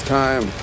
time